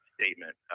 statement